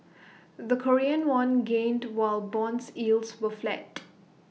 the Korean won gained while bonds yields were flat